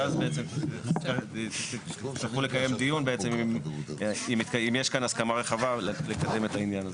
ואז בעצם תוכלו לקיים דיון אם יש כאן הסכמה רחבה לקדם את העניין הזה.